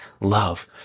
love